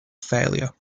failure